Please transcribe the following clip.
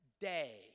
day